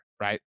right